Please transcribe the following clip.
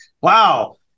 Wow